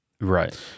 Right